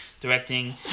directing